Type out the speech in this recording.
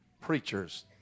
preachers